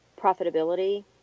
profitability